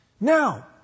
Now